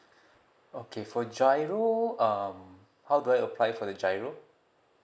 okay for giro um how do I apply for the giro